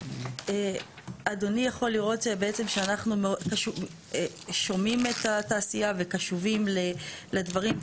אדוני יכול לראות בעצם שאנחנו שומעים את התעשייה וקשובים לדברים.